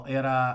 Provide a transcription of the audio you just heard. era